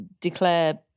declare